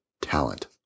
talent